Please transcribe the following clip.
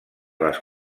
les